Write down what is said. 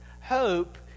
Hope